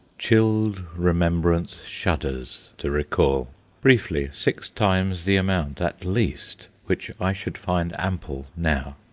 chilled remembrance shudders to recall briefly, six times the amount, at least, which i should find ample now.